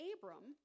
Abram